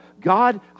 God